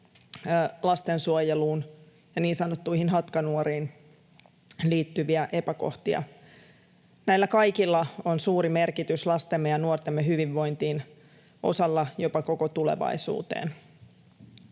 lastensuojeluun ja niin sanottuihin hatkanuoriin liittyviä epäkohtia. Näillä kaikilla on suuri merkitys lastemme ja nuortemme hyvinvointiin, osalla jopa koko tulevaisuuteen.